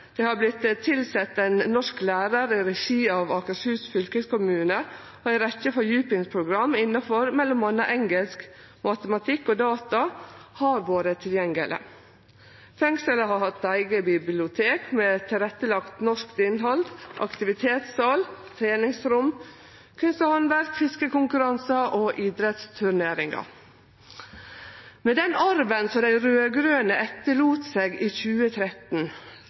Det har vore tilsett ein norsk lærar i regi av Akershus fylkeskommune, og ei rekkje fordjupingsprogram innanfor m.a. engelsk, matematikk og data har vore tilgjengelege. Fengselet har hatt eige bibliotek der det var lagt til rette for norsk innhald, aktivitetssal, treningsrom, kunst og handverk, fiskekonkurransar og idrettsturneringar. Med den arven som dei raud-grøne etterlét seg i 2013,